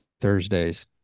thursdays